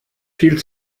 viel